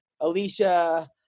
Alicia